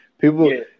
people